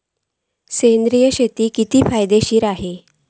सेंद्रिय शेती कितकी फायदेशीर आसा?